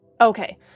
Okay